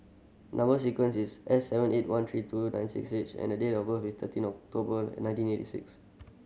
number sequence is S seven eight one three two nine six H and the date of birth is thirteen October nineteen eighty six